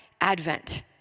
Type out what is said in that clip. Advent